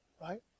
right